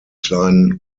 kleinen